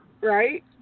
right